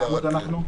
באיזה עמוד אנחנו?